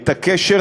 את הקשר,